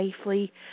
safely